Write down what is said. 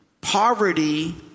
poverty